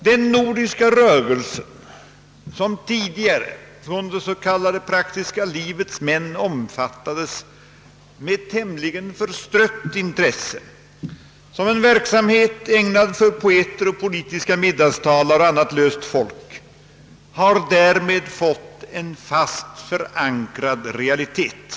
Den nordiska rörelsen som av det s.k. praktiska livets män tidigare omfattades med tämligen förstrött intresse — som en verksamhet ägnad för poeter, politiska middagstalare och annat löst folk — har därmed fått en fast förankrad realitet.